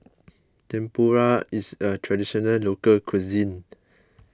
Tempura is a Traditional Local Cuisine